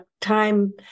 time